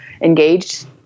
engaged